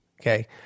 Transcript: Okay